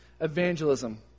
Evangelism